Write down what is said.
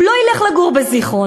הוא לא ילך לגור בזיכרון.